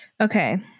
Okay